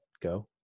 go